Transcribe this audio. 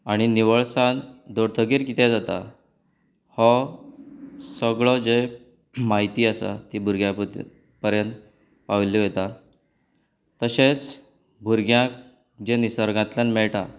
आनी निवळसाण दवरतगीर कितें जाता हो सगळी जी म्हायती आसा ती भुरग्यां पर्यंत पावयल्ली वयता तशेंच भुरग्यांक जें निसर्गांतल्यान मेळटा